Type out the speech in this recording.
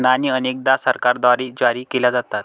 नाणी अनेकदा सरकारद्वारे जारी केल्या जातात